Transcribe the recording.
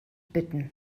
bitten